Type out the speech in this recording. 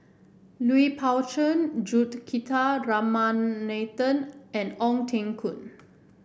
Lui Pao Chuen Ramanathan and Ong Teng Koon